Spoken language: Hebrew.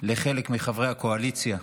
לחלק מחברי הקואליציה.